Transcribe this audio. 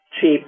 Cheap